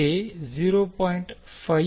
K 0